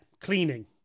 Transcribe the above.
cleaning